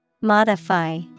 Modify